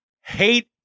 hate